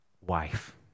wife